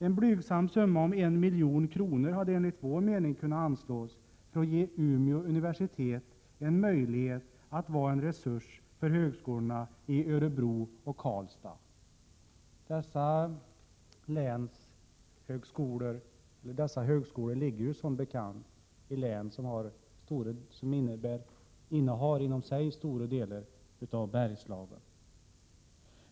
En blygsam summa på 1 milj.kr. hade enligt vpk:s mening kunnat anslås för att ge Umeå universitet möjlighet att vara en resurs för högskolorna i Örebro och Karlstad. Dessa högskolor ligger som bekant i län som innefattar stora delar av Bergslagen.